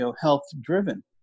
health-driven